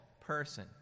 person